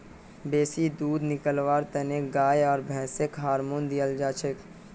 बेसी दूध निकलव्वार तने गाय आर भैंसक हार्मोन दियाल जाछेक